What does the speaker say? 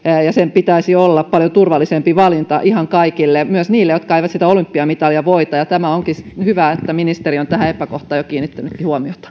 sen pitäisi olla paljon turvallisempi valinta ihan kaikille myös heille jotka eivät sitä olympiamitalia voita onkin hyvä että ministeri on tähän epäkohtaan jo kiinnittänytkin huomiota